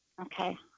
Okay